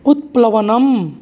उत्प्लवनम्